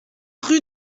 rue